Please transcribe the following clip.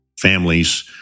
Families